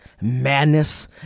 madness